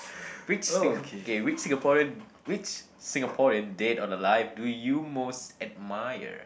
which Singap~ K which Singaporean which Singaporean dead or alive do you most admire